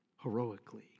heroically